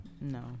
No